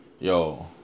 yo